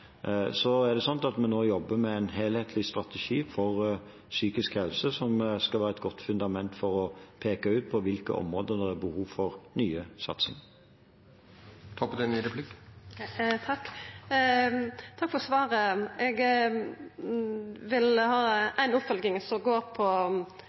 vi nå med en helhetlig strategi for psykisk helse, som skal være et godt fundament for å peke ut på hvilke områder det er behov for nye satsinger. Takk for svaret. Eg har eit oppfølgingsspørsmål som går på dette med barseloppfølging, for